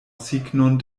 signon